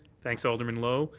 thanks, alderman lowe.